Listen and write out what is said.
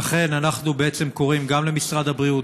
לכן אנחנו בעצם קוראים גם למשרד הבריאות,